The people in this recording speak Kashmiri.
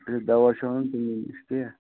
تہٕ دَوا چھُ اَنُن تِمنٕے نِش تی یا